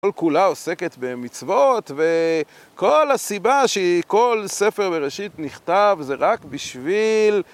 כל כולה עוסקת במצוות, וכל הסיבה שכל ספר בראשית נכתב זה רק בשביל...